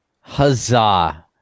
Huzzah